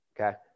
Okay